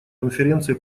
конференции